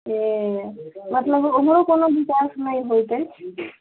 ऐह मतलब ओम्हरो कोनो विकास नहि होइत अछि